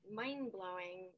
mind-blowing